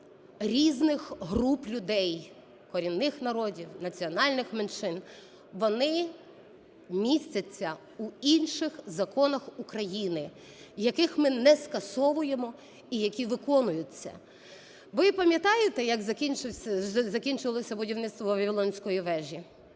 різних груп людей, корінних народів, національних меншин, вони містяться у інших законах України, яких ми не скасовуємо і які виконуються. Ви пам'ятаєте, як закінчилося будівництво Вавилонської вежі?